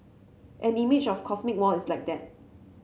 an image of cosmic war is like that